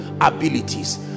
abilities